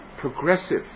progressive